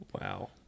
wow